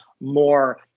more